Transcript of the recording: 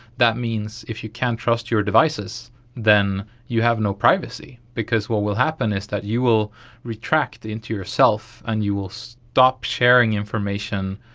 that means if you can't trust your devices then you have no privacy because what will happen is that you will retract into yourself and you will stop sharing information,